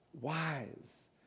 Wise